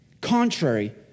contrary